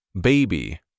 Baby